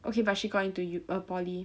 okay but she got into u~ ah poly